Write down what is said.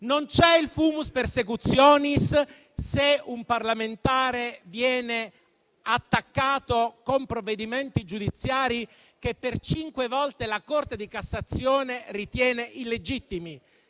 Non c'è il *fumus persecutionis*, se un parlamentare viene attaccato con provvedimenti giudiziari che per cinque volte la Corte di cassazione ritiene illegittimi?